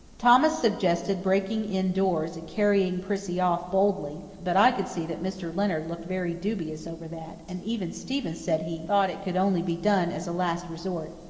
thomas suggested breaking in doors and carrying prissy off boldly, but i could see that mr. leonard looked very dubious over that, and even stephen said he thought it could only be done as a last resort.